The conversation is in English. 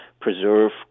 preserve